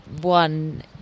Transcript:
one